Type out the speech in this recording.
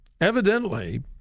evidently